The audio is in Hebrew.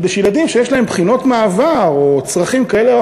כדי שילדים שיש להם בחינות מעבר או צרכים כאלה או